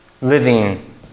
living